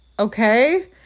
Okay